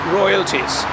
royalties